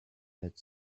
that